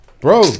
bro